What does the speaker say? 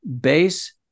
Base